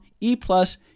E-Plus